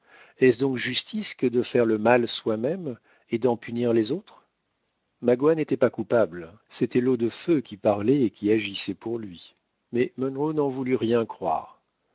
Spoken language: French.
est-ce donc justice que de faire le mal soi-même et d'en punir les autres magua n'était pas coupable c'était l'eau de feu qui parlait et qui agissait pour lui mais munro n'en voulut rien croire